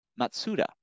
Matsuda